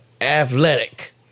athletic